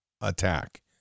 attack